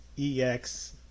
EX